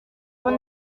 ati